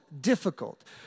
difficult